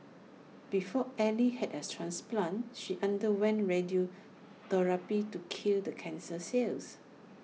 before ally had A transplant she underwent radiotherapy to kill the cancer cells